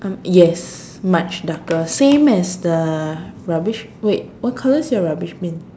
yes much darker same as the rubbish wait what colour's your rubbish bin